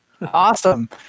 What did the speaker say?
Awesome